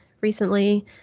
recently